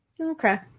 Okay